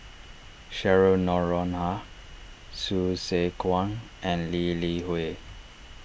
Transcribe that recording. Cheryl Noronha Hsu Tse Kwang and Lee Li Hui